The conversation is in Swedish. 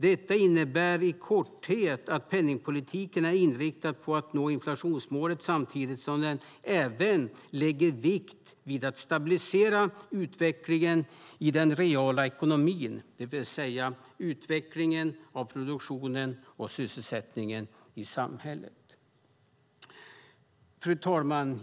Det innebär i korthet att penningpolitiken är inriktad på att nå inflationsmålet, samtidigt som den även lägger vikt vid att stabilisera utvecklingen i den reala ekonomin, det vill säga utvecklingen av produktionen och sysselsättningen i samhället. Fru talman!